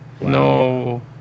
No